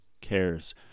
cares